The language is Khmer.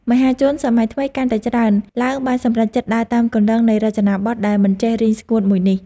មហាជនសម័យថ្មីកាន់តែច្រើនឡើងបានសម្រេចចិត្តដើរតាមគន្លងនៃរចនាប័ទ្មដែលមិនចេះរីងស្ងួតមួយនេះ។